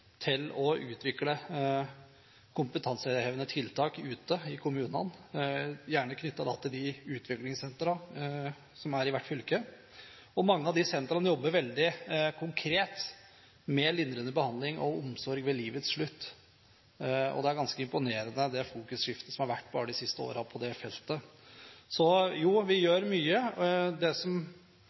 til å utvikle kompetansehevende tiltak ute i kommunene, gjerne knyttet til utviklingssentrene i hvert fylke. Mange av de sentrene jobber veldig konkret med lindrende behandling og omsorg ved livets slutt. Det fokusskiftet som har vært bare de siste årene på det feltet, er ganske imponerende. Jo, vi gjør mye. Det som